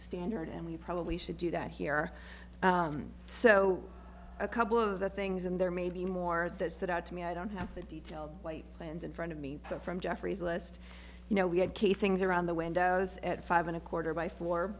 standard and we probably should do that here so a couple of the things and there may be more that stood out to me i don't have the detail white plans in front of me but from jeffrey's list you know we had casings around the windows at five and a quarter by four